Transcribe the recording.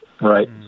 Right